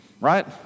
Right